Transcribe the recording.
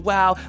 Wow